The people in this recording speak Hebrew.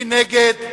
מי נגד?